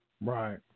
Right